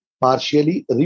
partially